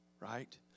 right